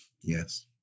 Yes